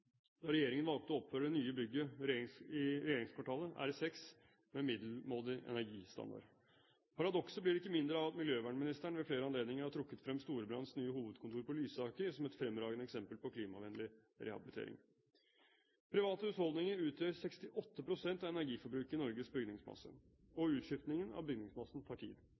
da regjeringen valgte å oppføre det nye bygget i regjeringskvartalet, R6, med middelmådig energistandard. Paradokset blir ikke mindre av at miljøvernministeren ved flere anledninger har trukket frem Storebrands nye hovedkontor på Lysaker som et fremragende eksempel på klimavennlig rehabilitering. Private husholdninger utgjør 68 pst. av energiforbruket i Norges bygningsmasse, og utskiftningen av bygningsmassen tar tid.